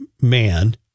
man